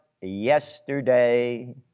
yesterday